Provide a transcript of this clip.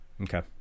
Okay